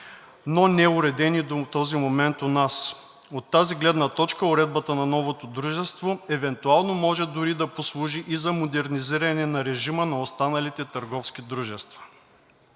но неуредени до този момент у нас. От тази гледна точка уредбата на новото дружество евентуално може дори да послужи и за модернизиране на режима на останалите търговски дружества.“